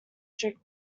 trick